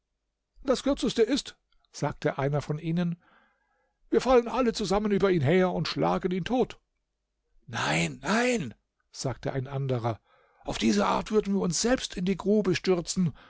das kürzeste ist sagte einer von ihnen wir fallen alle zusammen über ihn her und schlagen ihn tot nein nein sagte ein anderer auf diese art würden wir uns selbst in die grube stürzen